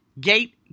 gate